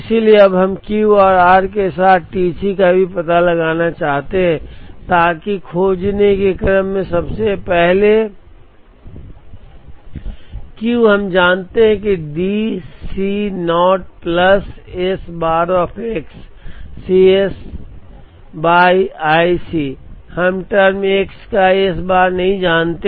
इसलिए अब हम Q और r के साथ साथ T C का भी पता लगाना चाहते हैं ताकि खोजने के क्रम में सबसे पहले Q हम जानते हैं D C0 plus S bar of x C s by i C हम टर्म x का S बार नहीं जानते